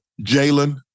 Jalen